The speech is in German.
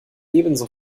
ebenso